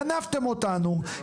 גנבתם אותנו,